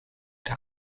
der